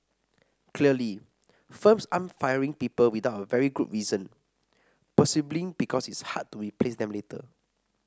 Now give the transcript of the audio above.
clearly firms aren't firing people without a very good reason presumably because it's so hard to replace them later